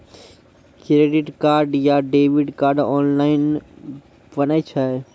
Credit card या debit card online बनै छै?